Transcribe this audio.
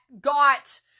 got